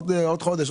בעוד חודש,